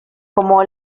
como